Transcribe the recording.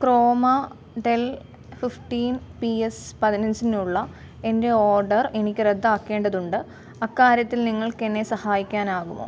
chroma Dell fifteen P S പതിനഞ്ചിനുള്ള എൻ്റെ order എനിക്ക് റദ്ദാക്കേണ്ടതുണ്ട് അക്കാര്യത്തിൽ നിങ്ങൾക്ക് എന്നെ സഹായിക്കാനാകുമോ